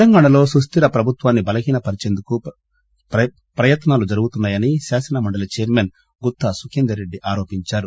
తెలంగాణలో సుస్థిర ప్రభుత్వాన్ని బలహీనపరిచేందుకు ప్రయత్నాలు జరుగుతున్నాయని శాసన మండలి చైర్మన్ గుత్తా సుఖేందర్ రెడ్డి ఆరోపించారు